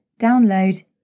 download